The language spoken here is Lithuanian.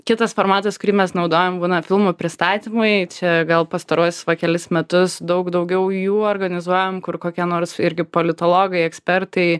kitas formatas kurį mes naudojam būna filmų pristatymai čia gal pastaruosius va kelis metus daug daugiau jų organizuojam kur kokie nors irgi politologai ekspertai